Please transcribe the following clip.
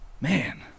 man